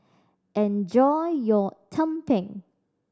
enjoy your tumpeng